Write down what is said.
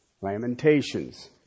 Lamentations